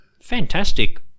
Fantastic